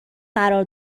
قرار